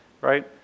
right